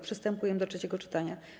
Przystępujemy do trzeciego czytania.